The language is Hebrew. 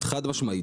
חד משמעית.